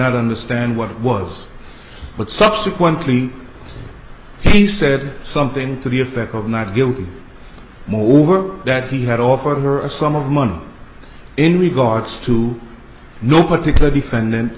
not understand what it was but subsequently he said something to the effect of not guilty moreover that he had offered her a sum of money in regards to no particular defendant